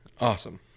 Awesome